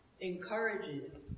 encourages